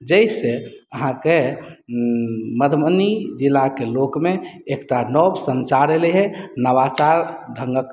जाहिसँ अहाँके मधुबनी जिलाके लोकमे एकटा नव सञ्चार एलै हे नवाचार ढङ्गक